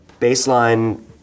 baseline